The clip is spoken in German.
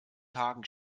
tagen